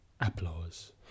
applause